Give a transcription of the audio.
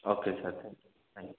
okay sir thank you